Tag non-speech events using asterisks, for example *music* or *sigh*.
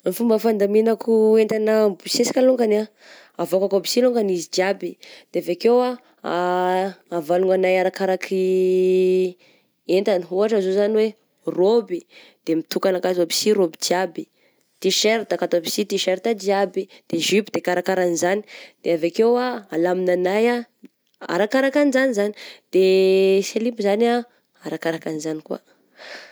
Ny fomba fandaminako entana mibosesika longany ah, avoakako aby sy longany izy jiaby, de avy akeo ah *hesitation* avalonanay arakaraky entana, ohatra zao zany hoe rôby, de mitokana akato aby sy rôby jiaby, tiserta akato aby sy tiserta jiaby, de jupe de karakaran'izany, de avy akeo ah alaminanay m-arakaraka anjany zagny, de silipo zany ah arakaraka anjany koa. *noise*